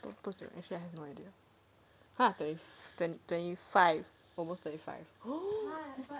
actually I have no idea !huh! twenty five almost twenty five oh